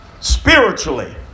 spiritually